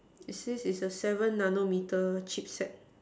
it says it's a seven nano meter chip set